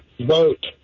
vote